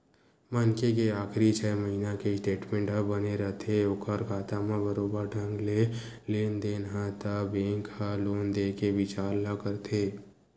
मनखे के आखरी छै महिना के स्टेटमेंट ह बने रथे ओखर खाता म बरोबर ढंग ले लेन देन हे त बेंक ह लोन देय के बिचार ल करथे